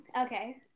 Okay